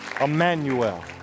Emmanuel